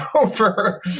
over